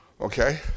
okay